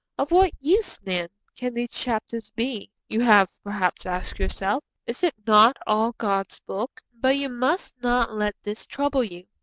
of what use, then, can these chapters be? you have perhaps asked yourself. is it not all god's book? but you must not let this trouble you.